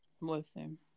listen